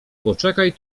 poczekaj